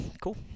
cool